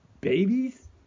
Babies